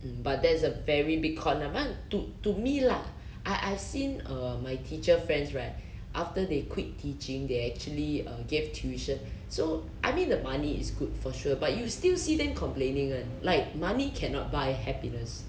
mm but that's a very big con ah mah to to me lah I I've seen err my teacher friends right after they quit teaching they actually uh give tuition so I mean the money is good for sure but you still see them complaining [one] like money cannot buy happiness